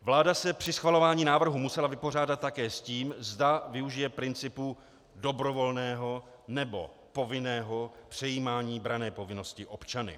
Vláda se při schvalování návrhu musela vypořádat také s tím, zda využije principu dobrovolného, nebo povinného přejímání branné povinnosti občany.